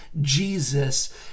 Jesus